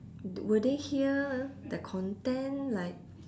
will they hear the content like